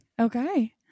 okay